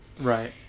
Right